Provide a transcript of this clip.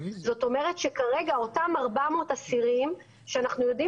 זאת אומרת שכרגע אותם 400 אסירים שאנחנו יודעים